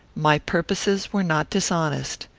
my purposes were not dishonest.